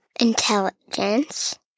intelligence